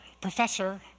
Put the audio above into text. Professor